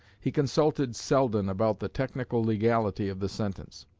he consulted selden about the technical legality of the sentence.